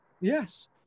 Yes